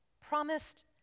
promised